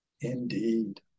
Indeed